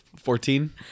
Fourteen